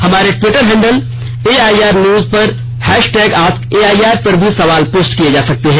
हमारे Twitter handle AIR news पर hashtag ask AIR पर भी सवाल पोस्ट किए जा सकते हैं